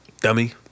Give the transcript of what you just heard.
Dummy